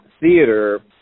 Theater